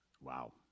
Wow